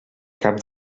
cap